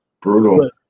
brutal